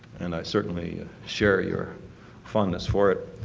and i certainly share your fondness for it,